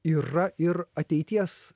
yra ir ateities